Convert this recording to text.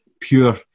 pure